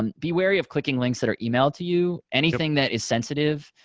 um be wary of clicking links that are emailed to you. anything that is sensitive,